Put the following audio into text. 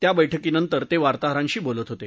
त्या बैठकीनंतर ते वार्ताहरांशी बोलत होते